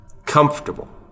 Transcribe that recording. comfortable